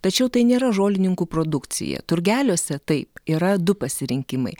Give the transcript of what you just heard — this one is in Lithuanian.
tačiau tai nėra žolininkų produkcija turgeliuose taip yra du pasirinkimai